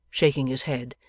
shaking his head,